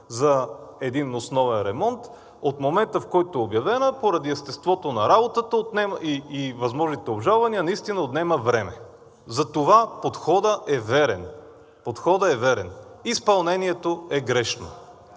за един основен ремонт от момента, в който е обявена, поради естеството на работата и възможните обжалвания наистина отнема време. Затова подходът е верен. Подходът е верен! Изпълнението е грешно.